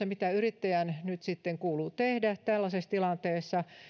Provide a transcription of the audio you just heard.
mitä yrittäjän nyt sitten kuuluu käytännössä tehdä tällaisessa tilanteessa